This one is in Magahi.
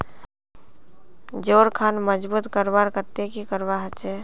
जोड़ खान मजबूत करवार केते की करवा होचए?